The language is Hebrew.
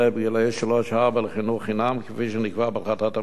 שלוש-ארבע לחינוך חינם כפי שנקבע בהחלטת הממשלה.